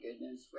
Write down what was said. goodness